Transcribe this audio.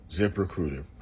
ZipRecruiter